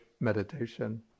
meditation